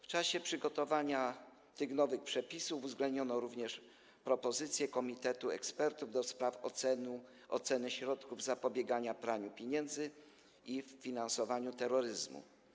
W czasie przygotowywania tych nowych przepisów uwzględniono również propozycję Komitetu Ekspertów ds. Oceny Środków Zapobiegania Praniu Pieniędzy i Finansowaniu Terroryzmu.